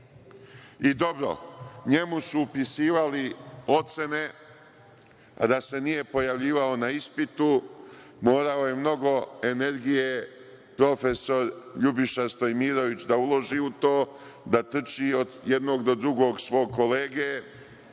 Dobro, njemu su upisivali ocene a da se nije pojavljivao na ispitu. Morao je mnogo energije profesor LJubiša Stojimirović da uloži, da trči od jednog do drugog svog kolege,